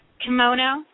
kimono